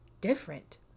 different